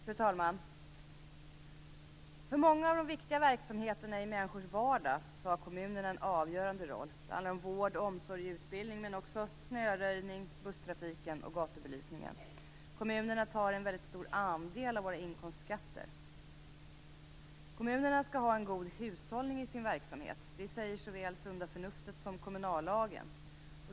Fru talman! För många av de viktiga verksamheterna i människors vardag har kommunerna en avgörande roll. Det handlar om vård, omsorg och utbildning, men också om snöröjning, busstrafik och gatubelysning. Kommunerna tar ju en väldigt stor del av våra inkomstskatter. Kommunerna skall ha en god hushållning i sin verksamhet. Det säger såväl sunda förnuftet som kommunallagen.